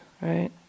right